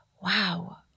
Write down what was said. wow